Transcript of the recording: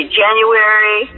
january